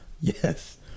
yes